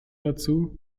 dazu